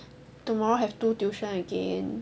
tomorrow have two tuition again